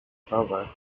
power